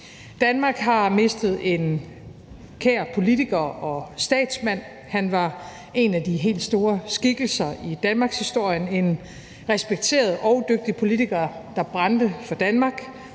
Danmark har mistet en kær politiker og statsmand. Han var en af de helt store skikkelser i danmarkshistorien, en respekteret og dygtig politiker, der brændte for Danmark,